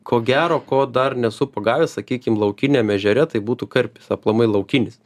ko gero ko dar nesu pagavęs sakykim laukiniam ežere tai būtų karpis aplamai laukinis